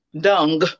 dung